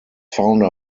founder